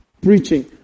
preaching